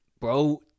bro